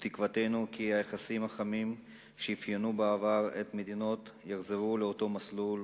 ותקוותנו כי היחסים החמים שאפיינו בעבר את המדינות יחזרו לאותו מסלול.